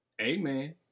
amen